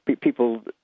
people